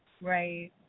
Right